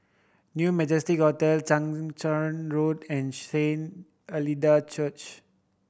New Majestic Hotel Chang Charn Road and Saint Hilda Church